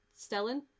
Stellan